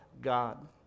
God